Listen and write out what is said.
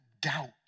doubt